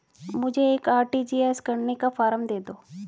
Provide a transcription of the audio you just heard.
मुझे एक आर.टी.जी.एस करने का फारम दे दो?